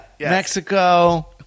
Mexico